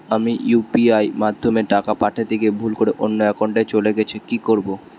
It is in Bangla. আমি ইউ.পি.আই মাধ্যমে টাকা পাঠাতে গিয়ে ভুল করে অন্য একাউন্টে চলে গেছে কি করব?